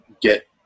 get